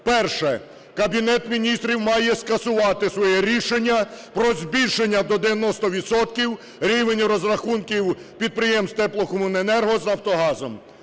Перше. Кабінет Міністрів має скасувати своє рішення про збільшення до 90 відсотків рівень розрахунків підприємств теплокомуненерго з "Нафтогазом".